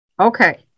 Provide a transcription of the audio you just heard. okay